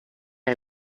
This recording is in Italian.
era